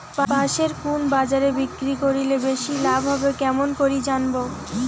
পাশের কুন বাজারে বিক্রি করিলে বেশি লাভ হবে কেমন করি জানবো?